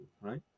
right